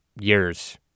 years